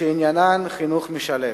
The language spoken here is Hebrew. שעניינן חינוך משלב.